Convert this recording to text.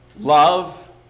love